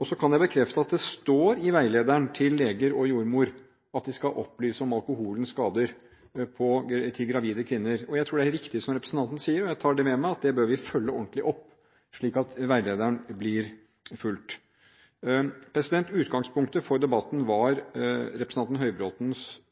Jeg kan bekrefte at det står i veilederen til leger og jordmødre at de skal opplyse om alkoholens skader til gravide kvinner, og jeg tror det er viktig, som representanten sier. Jeg tar med meg at vi bør følge det ordentlig opp, slik at veilederen blir fulgt. Utgangspunktet for debatten var representanten